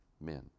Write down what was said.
men